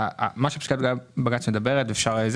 משהו שבג"ץ מדבר עליו.